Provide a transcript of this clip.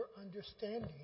understanding